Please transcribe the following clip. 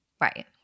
Right